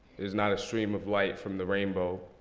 is not a stream of light from the rainbow.